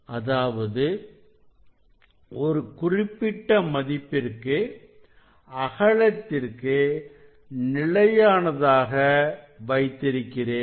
அதாவது ஒரு குறிப்பிட்ட மதிப்பிற்கு அகலத்திற்கு நிலையானதாக வைத்திருக்கிறேன்